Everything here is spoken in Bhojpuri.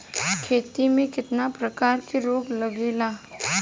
खेती में कितना प्रकार के रोग लगेला?